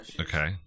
Okay